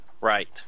Right